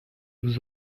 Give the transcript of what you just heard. vous